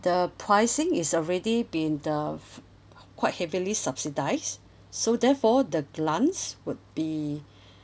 the pricing is already been the uh quite heavily subsidize so therefore the grants would be